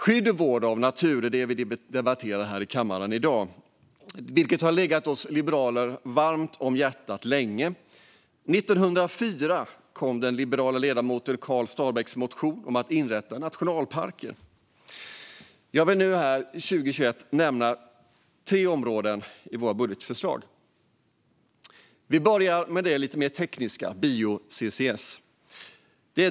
Skydd och vård av natur är vad vi debatterar här i kammaren i dag. Det har legat oss liberaler varmt om hjärtat länge. År 1904 kom den liberale ledamoten Karl Starbäcks motion om att inrätta nationalparker. Jag vill nu här 2021 nämna tre områden i vårt budgetförslag. Vi börjar med det lite mer tekniska, bio-CCS.